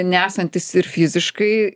nesantis ir fiziškai